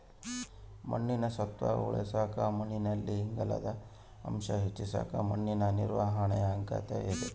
ಮಣ್ಣಿನ ಸತ್ವ ಉಳಸಾಕ ಮಣ್ಣಿನಲ್ಲಿ ಇಂಗಾಲದ ಅಂಶ ಹೆಚ್ಚಿಸಕ ಮಣ್ಣಿನ ನಿರ್ವಹಣಾ ಅಗತ್ಯ ಇದ